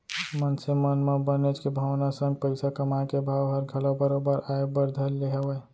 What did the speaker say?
मनसे मन म बचत के भावना संग पइसा कमाए के भाव हर घलौ बरोबर आय बर धर ले हवय